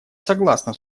согласна